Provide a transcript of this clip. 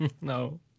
No